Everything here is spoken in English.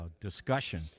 discussion